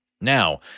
Now